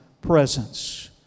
presence